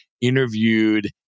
interviewed